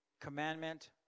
commandment